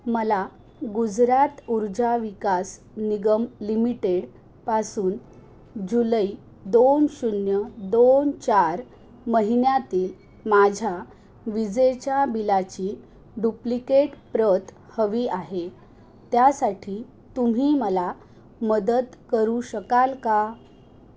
मला गुजरात ऊर्जा विकास निगम लिमिटेडपासून जुलै दोन शून्य दोन चार महिन्यातील माझ्या विजेच्या बिलाची डुप्लिकेट प्रत हवी आहे त्यासाठी तुम्ही मला मदत करू शकाल का